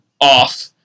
off